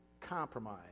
compromise